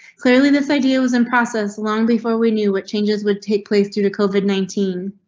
clearly this idea was in processed long before we knew what changes would take place due to covid nineteen.